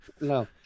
No